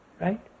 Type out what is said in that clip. Right